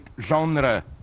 genre